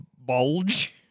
bulge